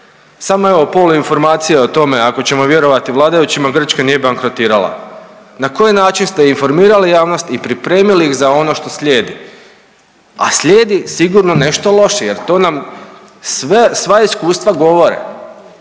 Samo evo, poluinformacije o tome, ako ćemo vjerovati vladajućima, Grčka nije bankrotirala. Na koji način ste informirali javnost i pripremili ih za ono što slijedi? A slijedi sigurno nešto loše jer to nam sve, sva iskustva govore.